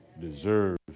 Deserves